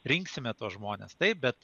rinksime tuos žmones taip bet